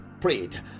prayed